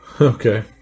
Okay